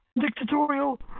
dictatorial